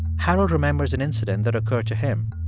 harold remembers an incident that occurred to him.